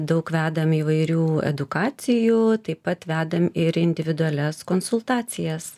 daug vedam įvairių edukacijų taip pat vedam ir individualias konsultacijas